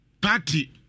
Party